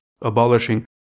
abolishing